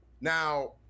Now